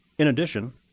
in addition,